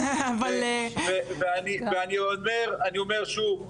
ואני אומר שוב,